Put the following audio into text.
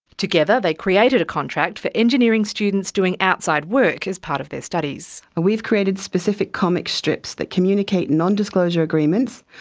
together they created a contract for engineering students doing outside work as part of their studies. we've created specific comic strips that communicate nondisclosure agreements,